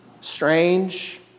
strange